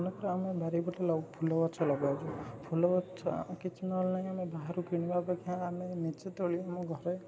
ମନେକର ଆମ ବାରି ପଟେ ଫୁଲ ଗଛ ଲଗାଉଛୁ ଫୁଲ ଗଛ କିଛି ନହେଲେ ନାହିଁ ଆମେ ବାହାରୁ କିଣିବା ଅପେକ୍ଷା ଆମେ ନିଜେ ତୋଳି ଆମ ଘରେ